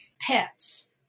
pets